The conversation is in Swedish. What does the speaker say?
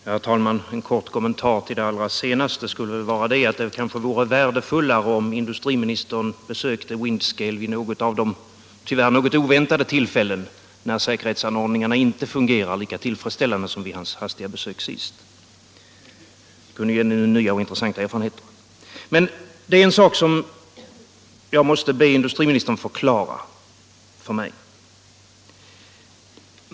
Herr talman! En kort kommentar till det allra sista skulle väl vara att det kanske vore värdefullare om industriministern besökte Windscale vid något av de tyvärr oväntade tillfällen när säkerhetsanordningarna inte fungerar lika tillfredsställande som vid hans hastiga besök sist. Det kunde ge nya och intressanta erfarenheter. Det är en sak som jag måste be industriministern förklara för mig.